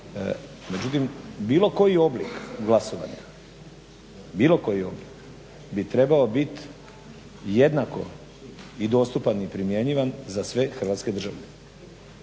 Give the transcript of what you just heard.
Međutim, bilo koji oblik glasovanja, bilo koji oblik bi trebao biti jednako i dostupan i primjenjivan za sve hrvatske državljane.